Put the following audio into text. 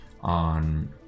on